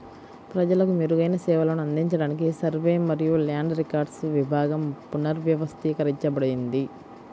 ప్రజలకు మెరుగైన సేవలను అందించడానికి సర్వే మరియు ల్యాండ్ రికార్డ్స్ విభాగం పునర్వ్యవస్థీకరించబడింది